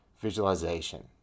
visualization